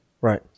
Right